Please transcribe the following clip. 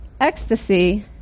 Ecstasy